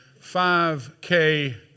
5K